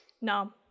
No